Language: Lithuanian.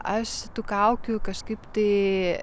aš tų kaukių kažkaip tai